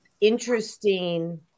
interesting